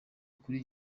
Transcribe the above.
kuri